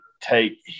take –